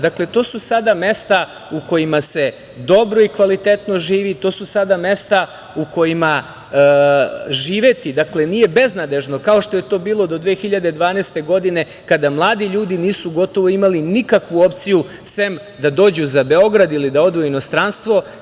Dakle, to su sada mesta u kojima se dobro i kvalitetno živi, to su sada mesta u kojima živeti nije beznadežno, kao što je to bilo do 2012. godine, kada mladi ljudi nisu gotovo imali nikakvu opciju sem da dođu za Beograd ili da odu u inostranstvo.